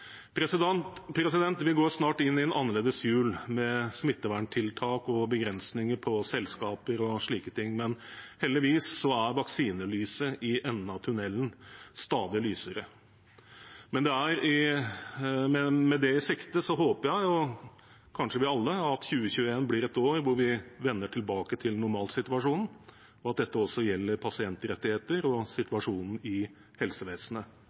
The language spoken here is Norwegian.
Vi går snart inn i en annerledes jul med smitteverntiltak og begrensinger på selskaper og slike ting, men heldigvis er vaksinelyset i enden av tunnelen stadig lysere. Med det i sikte håper jeg – og sikkert alle – at 2021 blir et år da vi vender tilbake til normalsituasjonen, og at dette også gjelder pasientrettigheter og situasjonen i helsevesenet.